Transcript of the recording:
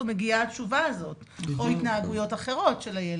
מגיעה התשובה הזאת לכל התנהגויות אחרות של הילד.